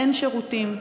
אין שירותים,